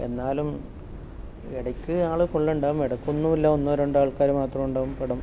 എന്നാലും ഇടയ്ക്ക് ആൾ ഫുൾ ഉണ്ടാകും ഇടയ്ക്ക് ഒന്നുമില്ല ഒന്നോരണ്ടോ ആൾക്കാർ മാത്രം ഉണ്ടാകും പടം